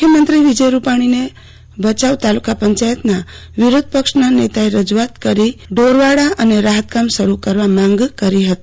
મુખ્યમંત્રી વિજય રૂપાણી ને ભચાઉ તાલુકા પંચાયતના વિરોધપક્ષના નેતાએ રજૂઆત કરી ઢોરવાળા અને રાહતકામ શરૂ કરવા માંગ કરી હતી